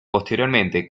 posteriormente